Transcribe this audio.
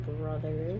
brother